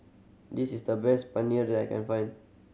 this is the best Paneer that I can find